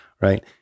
right